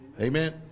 Amen